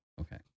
Okay